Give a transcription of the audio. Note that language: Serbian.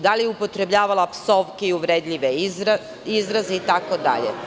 Da li je upotrebljavala psovke i uvredljive izraze itd?